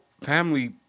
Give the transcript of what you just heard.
family